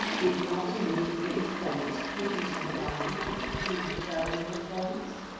did not a moving point produce a line with two terminal points?